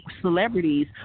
celebrities